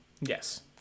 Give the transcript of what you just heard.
Yes